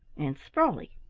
and sprawley,